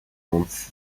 用此